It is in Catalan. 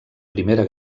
primera